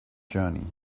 journey